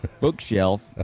bookshelf